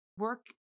Work